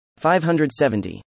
570